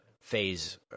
phase